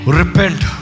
repent